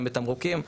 גם בתמרוקים,